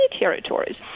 territories